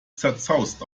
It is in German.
zerzaust